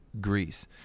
Greece